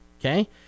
Okay